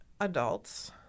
adults